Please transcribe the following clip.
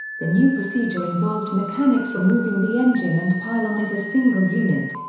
the new procedure involved mechanics removing the engine and pylon as a single unit.